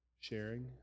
sharing